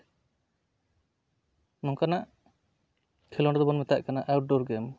ᱱᱚᱝᱠᱟᱱᱟᱜ ᱠᱷᱮᱞᱳᱰ ᱫᱚᱵᱚᱱ ᱢᱮᱛᱟᱜ ᱠᱟᱱᱟ ᱟᱣᱩᱴᱰᱳᱨ ᱜᱮᱢ